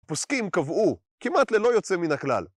פוסקים קבעו, כמעט ללא יוצא מן הכלל